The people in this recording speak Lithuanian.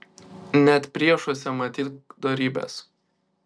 net priešuose matyk dorybes